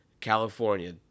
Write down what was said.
California